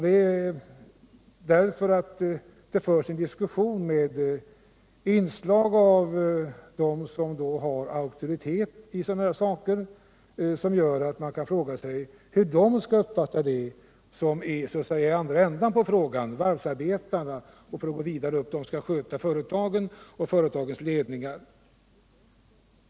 Det förs alltså en diskussion med inlägg av personer som har auktoritet i de här sammanhangen. Då kan man fråga sig, hur de som så att säga är i andra änden av tråden skall uppfatta situationen: varvsarbetarna och, för att gå vidare uppåt, de som skall sköta företagen och företagsledningar.